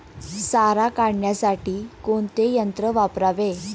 सारा काढण्यासाठी कोणते यंत्र वापरावे?